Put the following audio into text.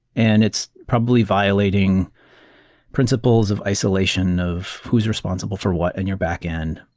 and it's probably violating principles of isolation of who is responsible for what in your backend,